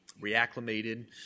reacclimated